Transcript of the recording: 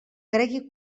cregui